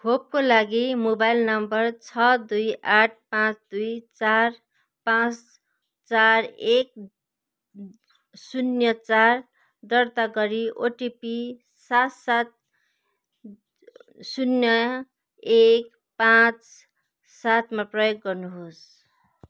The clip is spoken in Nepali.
खोपको लागि मोबाइल नम्बर छ दुई आठ पाँच दुई चार पाँच चार एक शून्य चार दर्ता गरि ओटिपी सात सात शून्य एक पाँच सात प्रयोग गर्नुहोस्